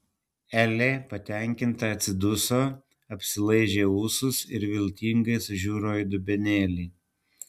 elė patenkinta atsiduso apsilaižė ūsus ir viltingai sužiuro į dubenėlį